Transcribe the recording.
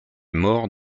mort